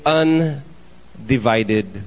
undivided